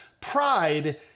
pride